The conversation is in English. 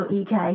.uk